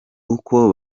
uko